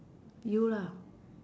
you lah